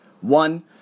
One